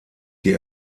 die